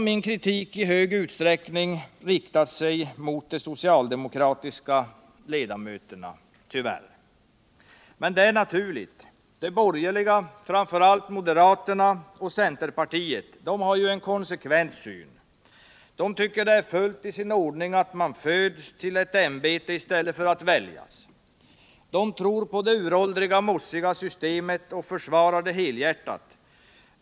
Min kritik har — tyvärr — i hög grad riktats mot de socialdemokratiska ledamöterna, men det är naturligt. De borgerliga, framför allt moderaterna och centerpartiet, har ju här en konsekvent syn. De tycker det är fullt i sin ordning att man föds till ett ämbete i stället för att väljas till det. De tror på det uråldriga, mossiga systemet och försvarar det helhjärtat.